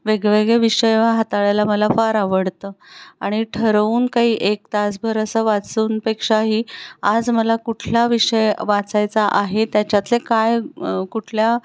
वेगवेगळे विषय हाताळायला मला फार आवडतं आणि ठरवून काही एक तासभर असं वाचूनपेक्षा ही आज मला कुठला विषय वाचायचा आहे त्याच्यातले काय कुठल्या